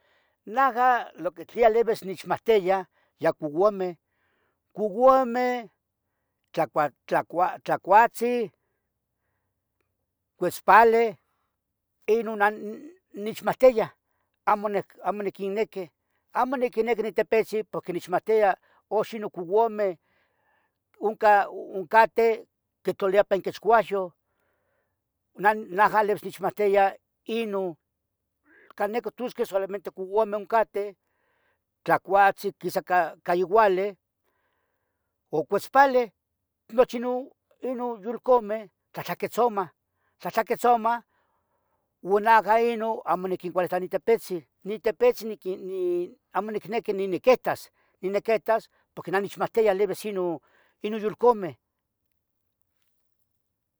Najah lo que tlen livis nechmahtia ye couameh, couameh, tlacua- tlacua tlaciatzin, cuetzpale. inun nah nichmahtiah, amo nec, amo niqueneqi, amo. niquenequi ni tepetzin pohque nechmahtia, oxin no. couameh, unca, uncateh quitloliah pe inquechcuahyo. nan najah livis nechmahtia, inun Can neco tusque sulamente couameh uncateh, tlacuatzin. quisa ca, ca iuali o cuetzpale, nuchi nun, inun yulcumeh, tlahtlaquetzomah, tlahtlaquetzomah, uon najah inun amo niquincualita ni tepetzin, ni tepetzin niquin ni amo, necnequi ni, niquihtas, nequetas, pohque nah nechmahtia livis. inun, inun yulcomeh